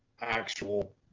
actual